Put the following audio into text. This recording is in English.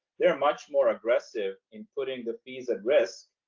they're much more aggressive in putting the fees at risk,